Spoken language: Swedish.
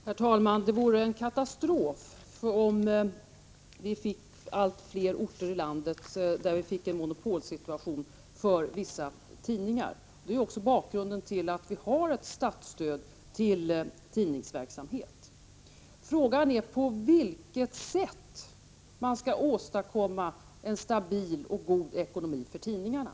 Herr talman! Det vore en katastrof om vi fick allt fler orter i landet med en monopolsituation för vissa tidningar. Det är bakgrunden till att vi har statligt stöd till tidningsverksamhet. Frågan är på vilket sätt man skall åstadkomma en stabil och god ekonomi för tidningarna.